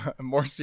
more